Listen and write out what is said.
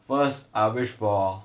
first I'll wish for